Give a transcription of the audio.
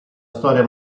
storia